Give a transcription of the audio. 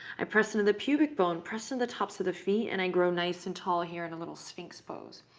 i press into the pubic bone, press into the tops of the feet, and i grow nice and tall here in a little sphinx pose.